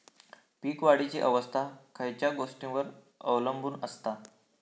पीक वाढीची अवस्था खयच्या गोष्टींवर अवलंबून असता?